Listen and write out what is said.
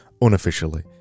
unofficially